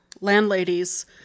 landladies